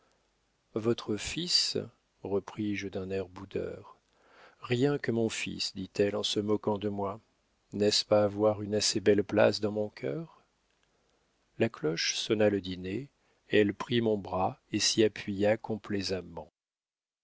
votre fils repris-je d'un air boudeur rien que mon fils dit-elle en se moquant de moi n'est-ce pas avoir une assez belle place dans mon cœur la cloche sonna le dîner elle prit mon bras et s'y appuya